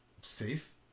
safe